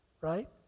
right